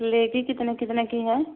लहठी कितने कितने की है